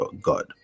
God